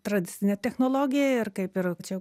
tradicine technologija ir kaip ir čia